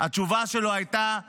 התשובה שלו הייתה "ביפ".